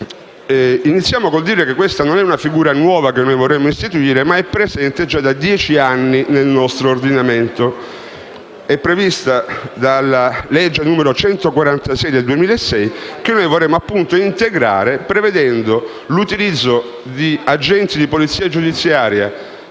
Iniziamo con il dire che si tratta di una figura non nuova che noi vorremmo istituire, ma che è già presente da dieci anni nel nostro ordinamento, con la legge n. 146 del 2006, e che noi vorremmo integrare prevedendo l'utilizzo di agenti di polizia giudiziaria